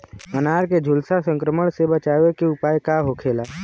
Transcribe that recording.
अनार के झुलसा संक्रमण से बचावे के उपाय का होखेला?